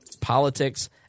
politics